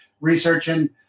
researching